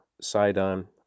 Sidon